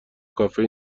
کافه